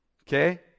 Okay